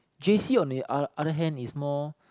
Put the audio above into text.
j_c on the o~ other hand is more